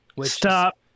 Stop